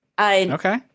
Okay